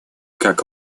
как